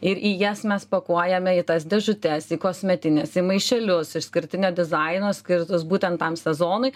ir į jas mes pakuojame į tas dėžutes į kosmetines į maišelius išskirtinio dizaino skirtus būtent tam sezonui